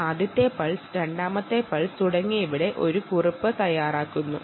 അതായത് ആദ്യത്തെ പൾസ് രണ്ടാമത്തെ പൾസ് എന്നിങ്ങനെ